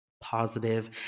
positive